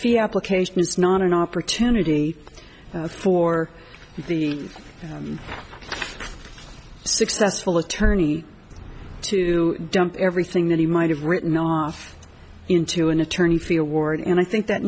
few application is not an opportunity for the successful attorney to dump everything that he might have written off into an attorney fear ward and i think that